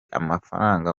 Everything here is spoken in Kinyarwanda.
amafaranga